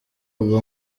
obama